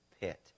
pit